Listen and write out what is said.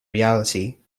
reality